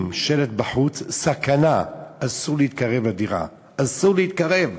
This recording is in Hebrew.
עם שלט בחוץ: סכנה, אסור להתקרב לדירה.